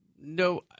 no